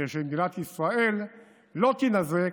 כדי שמדינת ישראל לא תינזק,